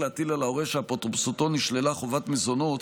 להטיל על ההורה שאפוטרופסותו נשללה חובת מזונות,